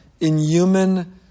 inhuman